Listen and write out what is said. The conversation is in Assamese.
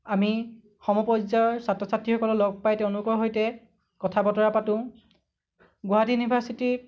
আমি সমপৰ্যায়ৰ ছাত্ৰ ছাত্ৰীসকলক লগ পাই তেওঁলোকৰ সৈতে কথা বতৰা পাতোঁ গুৱাহাটী ইউনিভাৰ্ছিটিৰ